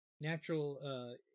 natural